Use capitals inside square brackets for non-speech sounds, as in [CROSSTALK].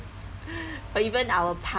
[LAUGHS] or even our